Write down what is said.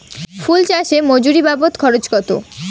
ফুল চাষে মজুরি বাবদ খরচ কত?